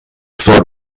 thought